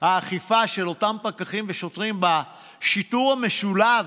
האכיפה של אותם פקחים ושוטרים בשיטור המשולב,